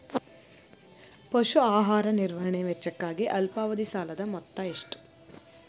ಪಶು ಆಹಾರ ನಿರ್ವಹಣೆ ವೆಚ್ಚಕ್ಕಾಗಿ ಅಲ್ಪಾವಧಿ ಸಾಲದ ಮೊತ್ತ ಎಷ್ಟು?